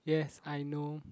yes I know